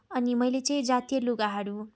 अनि मैले चाहिँ जातीय लुगाहरू